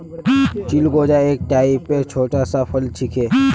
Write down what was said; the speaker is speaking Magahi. चिलगोजा एक टाइपेर छोटा सा फल छिके